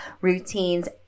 routines